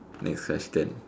next question